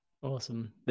Awesome